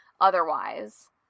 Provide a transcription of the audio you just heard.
otherwise